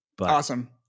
Awesome